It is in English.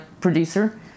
producer